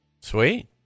Sweet